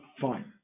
Fine